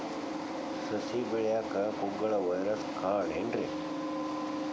ಸಸಿ ಬೆಳೆಯಾಕ ಕುಗ್ಗಳ ವೈರಸ್ ಕಾರಣ ಏನ್ರಿ?